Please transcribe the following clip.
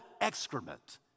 excrement